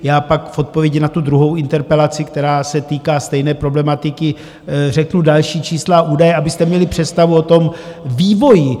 Já pak v odpovědi na tu druhou interpelaci, která se týká stejné problematiky, řeknu další čísla a údaje, abyste měli představu o tom vývoji.